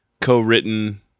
Co-written